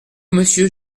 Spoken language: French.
monsieur